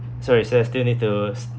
sorry chief still need to